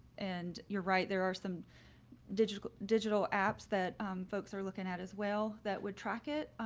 and you're right, there are some digital digital apps that folks are looking at as well, that would track it.